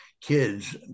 kids